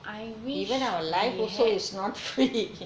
I wish we had